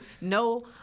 No